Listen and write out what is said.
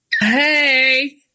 Hey